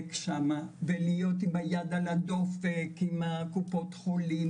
להיבדק שם ולהיות עם היד על הדופק עם קופות החולים